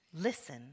Listen